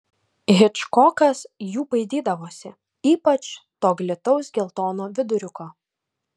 hičkokas jų baidydavosi ypač to glitaus geltono viduriuko